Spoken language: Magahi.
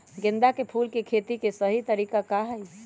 गेंदा के फूल के खेती के सही तरीका का हाई?